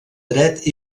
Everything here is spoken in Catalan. dret